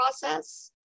process